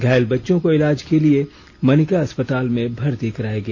घायल बच्चों को इलाज के लिए मनिका अस्पताल में भर्ती कराया गया